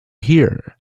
here